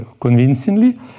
convincingly